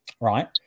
right